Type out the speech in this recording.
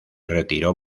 retiró